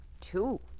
Two